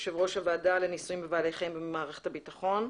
יושב ראש הוועדה לניסויים בבעלי חיים במערכת הביטחון.